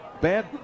bad